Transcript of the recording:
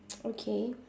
okay